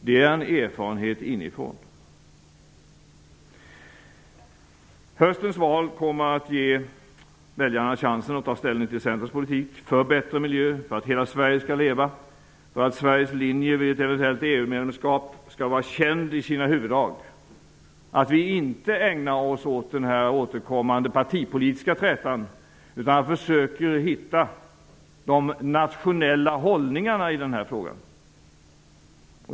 Det är en erfarenhet gjord innifrån. Höstens val kommer att ge väljarna chansen att ta ställning till Centerns politik för att få en bättre miljö, för att hela Sverige skall leva, och för att Sveriges linje vid ett eventuellt EU-medlemskap skall vara känd i sina huvuddrag. Vi ägnar oss inte åt den partipolitiska trätan utan försöker hitta de nationella hållningarna i denna fråga.